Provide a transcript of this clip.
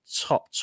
top